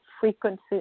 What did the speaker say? frequency